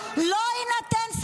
יש תקנון,